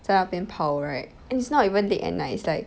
在那边跑 right it's not even late at night it's like